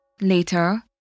Later